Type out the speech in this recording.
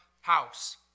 house